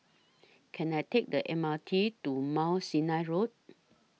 Can I Take The M R T to Mount Sinai Road